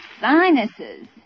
sinuses